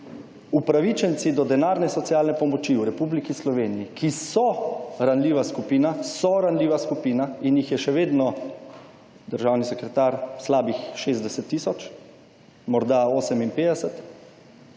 upravičenci do denarne socialne pomočil v Republiki Sloveniji, ki so ranljiva skupina, so ranljiva skupina in jih je še vedno, državni sekretar, slabih 60 tisoč, morda 58,